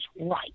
right